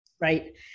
Right